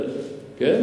כן.